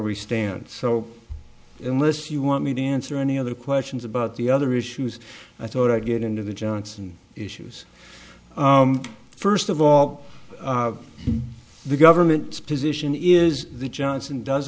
we stand so unless you want me to answer any other questions about the other issues i thought i'd get into the johnson issues first of all the government's position is the johnson does